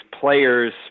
players –